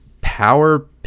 power-